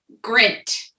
Grint